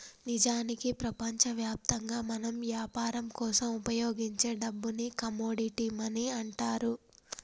నిజానికి ప్రపంచవ్యాప్తంగా మనం యాపరం కోసం ఉపయోగించే డబ్బుని కమోడిటీ మనీ అంటారు